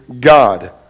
God